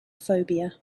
phobia